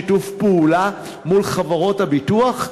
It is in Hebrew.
שיתוף פעולה מול חברות הביטוח.